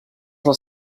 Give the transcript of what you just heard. les